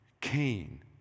Cain